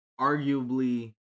arguably